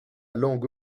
langue